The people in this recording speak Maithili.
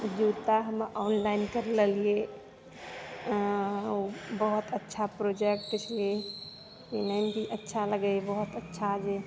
जूता हम ऑनलाइन कर लेलियै बहुत अच्छा प्रोडक्ट छै अच्छा लगै यऽ बहुत अच्छा जे